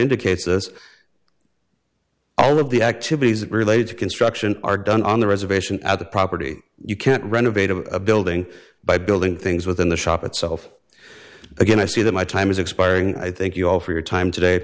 indicates this all of the activities related to construction are done on the reservation at the property you can't renovate of a building by building things within the shop itself again i see that my time is expiring i thank you all for your time today